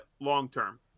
long-term